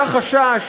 היה חשש